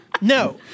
No